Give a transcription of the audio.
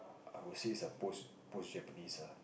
I would say it's a post Japanese ah